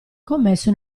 commesso